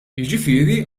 jiġifieri